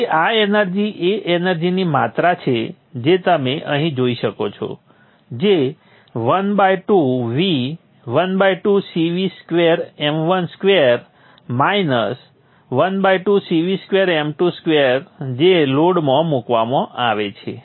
તેથી આ એનર્જી એ એનર્જીની માત્રા છે જે તમે અહીં જોઈ શકો છો જે ½ V ½ CV2m1 square minus ½ CV2m2 square જે લોડમાં મૂકવામાં આવે છે